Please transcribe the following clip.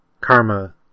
karma